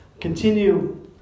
continue